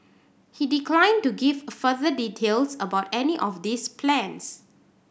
he declined to give a further details about any of these plans